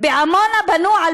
בעמונה בנו על